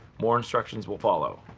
more instructions will follow,